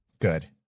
Good